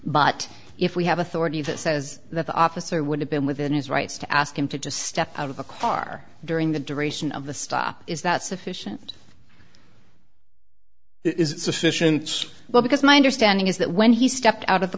but if we have authority that says that the officer would have been within his rights to ask him to just step out of a car during the duration of the stop is that sufficient it is sufficient well because my understanding is that when he stepped out of the